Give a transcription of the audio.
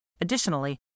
Additionally